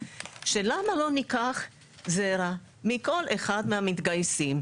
האם את מי שאיננו מתגייס לצה"ל נשאל בגיל 18,